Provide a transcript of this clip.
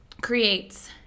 creates